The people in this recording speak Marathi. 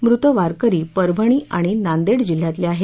मृत वारकरी परभणी आणि नांदेड जिल्ह्यातले आहेत